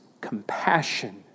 compassion